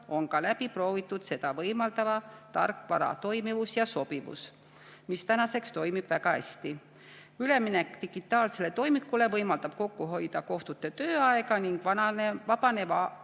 on läbi proovitud seda võimaldava tarkvara toimivus ja sobivus, nüüdseks toimib kõik väga hästi. Üleminek digitaalsele toimikule võimaldab kokku hoida kohtute tööaega ning vabaneva